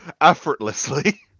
effortlessly